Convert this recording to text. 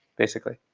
basically.